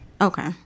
Okay